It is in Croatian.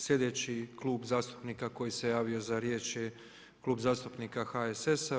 Slijedeći klub zastupnika koji se javio za riječ je Klub zastupnika HSS-a.